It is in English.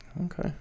Okay